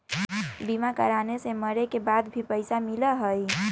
बीमा कराने से मरे के बाद भी पईसा मिलहई?